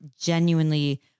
genuinely